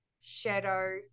shadow